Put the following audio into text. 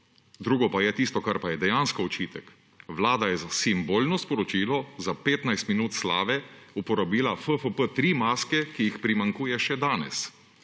drugo pa je tisto, kar pa je dejansko očitek, vlada je za simbolno sporočilo, za 15 minut slave uporabila FFP3 maske, ki jih primanjkuje še danes.